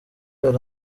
hari